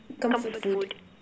comfort food